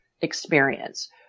experience